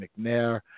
McNair